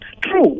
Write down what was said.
True